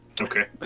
Okay